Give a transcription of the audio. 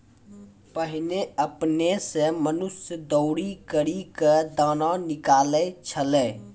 पहिने आपने सें मनुष्य दौरी करि क दाना निकालै छलै